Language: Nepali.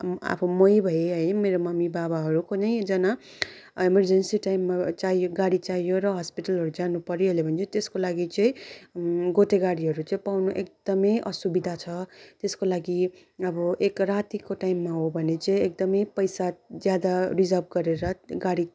आफू मै भएँ है मेरो ममी बाबाहरू कुनै एकजना एमर्जेन्सी टाइममा चाहियो गारी चाहियो र हस्पिटलहरू जानु परिहाल्यो भने त्यसको लागि चाहिँ गोटे गाडीहरू चाहिँ पाउँनु एकदमै असुविधा छ त्यसको लागि अब एक रातीको टाइममा हो भने चाहिँ एकदमै पैसा ज्यादा रिजर्भ गरेर गाडी